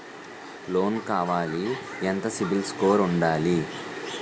Loan కావాలి ఎంత CIBIL score ఉండాలి?